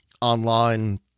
online